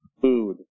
food